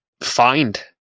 find